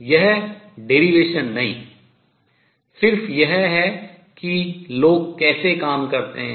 यह व्युत्पत्ति नहीं सिर्फ यह है कि लोग कैसे काम करते हैं